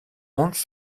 ons